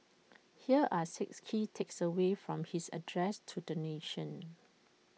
here are six key takeaways from his address to the nation